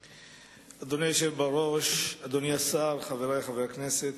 אדוני היושב בראש, אדוני השר, חברי חברי הכנסת,